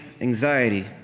anxiety